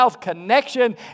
connection